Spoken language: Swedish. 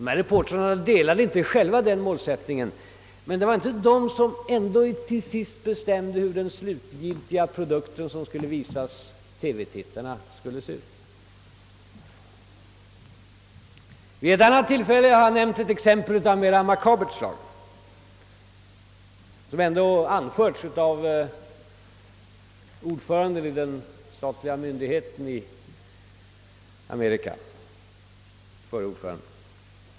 Dessa reportrar delade inte själva den uppfattningen, men det var inte de som bestämde hur den slutgiltiga produkt som skulle visas TV-tittarna skulle se ut. Vid ett annat tillfälle fick jag ett exempel av mera makabert slag. Det anfördes av förre ordföranden i den statliga myndigheten i Amerika.